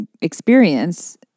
experience